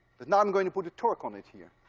but now i'm going to put a torque on it here.